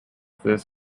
this